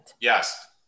Yes